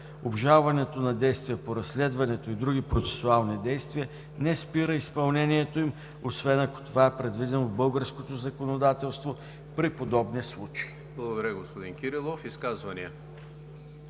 Обжалването на действие по разследването и други процесуални действия не спира изпълнението им, освен ако това е предвидено в българското законодателство при подобни случаи.“ ПРЕДСЕДАТЕЛ ЕМИЛ ХРИСТОВ: Благодаря, господин Кирилов. Изказвания?